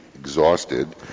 exhausted